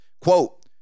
quote